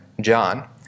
John